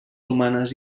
humanes